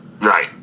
right